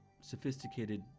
sophisticated